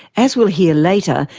as we'll hear later,